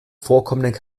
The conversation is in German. vorkommenden